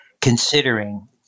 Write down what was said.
considering